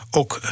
ook